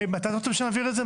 מתי אתם רוצים שנעביר את זה?